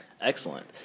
Excellent